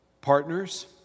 partners